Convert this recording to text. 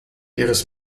ihres